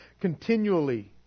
continually